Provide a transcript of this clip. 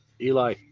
Eli